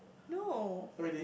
no